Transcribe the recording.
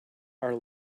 are